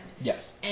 Yes